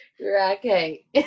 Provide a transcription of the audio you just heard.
Okay